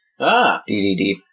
DDD